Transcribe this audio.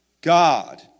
God